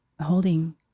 holding